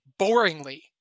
boringly